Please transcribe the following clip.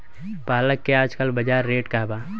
पालक के आजकल बजार रेट का बा?